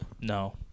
No